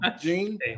Gene